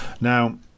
Now